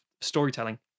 storytelling